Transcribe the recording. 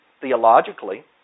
theologically